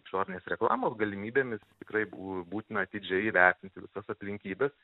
išorinės reklamos galimybėmis tikrai bū būtina atidžiai įvertinti visas aplinkybes